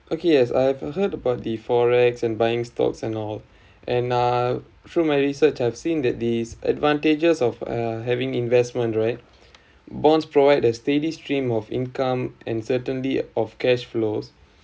okay as I have heard about the FOREX and buying stocks and all and uh through my research I've seen that these advantages of uh having investment right bonds provide the steady stream of income and certainly of cash flows